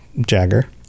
Jagger